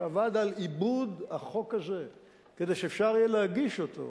שעבד על עיבוד החוק הזה כדי שיהיה אפשר להגיש אותו